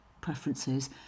preferences